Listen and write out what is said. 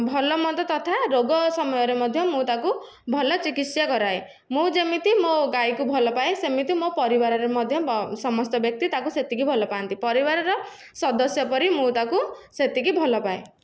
ଭଲମନ୍ଦ ତଥା ରୋଗ ସମୟରେ ମଧ୍ୟ ମୁଁ ତାକୁ ଭଲ ଚିକିତ୍ସା କରାଏ ମୁଁ ଯେମିତି ମୋ ଗାଈକୁ ଭଲ ପାଏ ସେମିତି ମୋ ପରିବାରରେ ମଧ୍ୟ ସମସ୍ତ ବ୍ୟକ୍ତି ତାକୁ ସେତିକି ଭଲ ପାଆନ୍ତି ପରିବାରର ସଦସ୍ୟ ପରି ମୁଁ ତାକୁ ସେତିକି ଭଲ ପାଏ